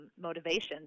motivations